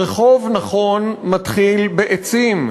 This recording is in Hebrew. רחוב נכון מתחיל בעצים.